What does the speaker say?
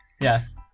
Yes